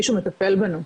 מישהו מטפל בנו,